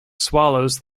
swallows